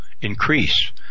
increase